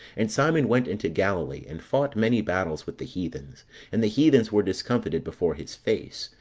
and simon went into galilee, and fought many battles with the heathens and the heathens were discomfited before his face,